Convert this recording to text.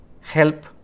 help